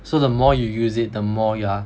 so the more you use it the more you are